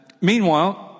Meanwhile